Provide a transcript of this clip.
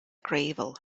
gravel